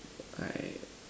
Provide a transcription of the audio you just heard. I